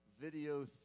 video